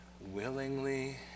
willingly